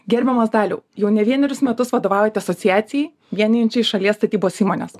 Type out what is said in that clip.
gerbiamas daliau jau ne vienerius metus vadovaujat asociacijai vienijančiai šalies statybos įmones